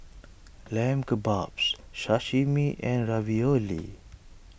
Lamb Kebabs Sashimi and Ravioli